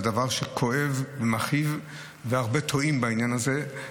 זה דבר כואב ומכאיב והרבה טועים בעניין הזה.